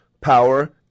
Power